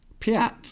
piat